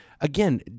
again